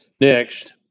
next